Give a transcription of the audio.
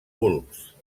bulbs